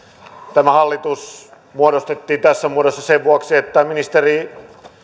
tämä hallitus muodostettiin tässä muodossa sen vuoksi että ministeri